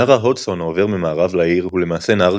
נהר ההדסון העובר ממערב לעיר הוא למעשה נהר